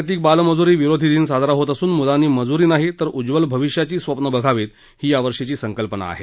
आज जागतिक बालमजूरी विरोधी दिन साजरा होत असून मुलांनी मजूरी नाही तर उज्वल भाविष्याची स्वप्न बघावीत ही यावर्षीची संकल्पना आहे